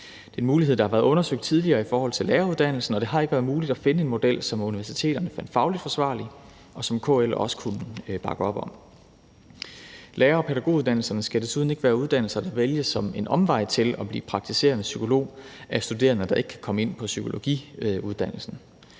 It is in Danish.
Det er en mulighed, der har været undersøgt tidligere i forhold til læreruddannelsen, og det har ikke været muligt at finde en model, som universiteterne fandt fagligt forsvarlig, og som KL også kunne bakke op om. Lærer- og pædagoguddannelserne skal desuden ikke være uddannelser, der vælges som en omvej til at blive praktiserende psykolog af studerende, der ikke kan komme ind på psykologiuddannelsen.